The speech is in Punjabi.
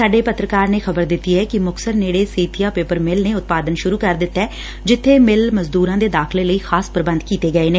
ਸਾਡੇ ਪੱਤਰਕਾਰ ਨੇ ਖ਼ਬਰ ਦਿੱਤੀ ਏ ਕਿ ਮੁਕਤਸਰ ਨੇੜੇ ਸੇਤੀਆ ਪੇਪਰ ਮਿੱਲ ਨੇ ਉਤਪਾਦਨ ਸੁਰੂ ਕਰ ਦਿੱਤੈ ਜਿੱਥੇ ਮਿੱਲ ਮਜ਼ਦੁਰਾਂ ਦੇ ਦਾਖਲੇ ਲਈ ਖ਼ਾਸ ਪ੍ਰਬੰਧ ਕੀਤੇ ਗਏ ਨੇ